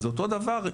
אז אותו דבר,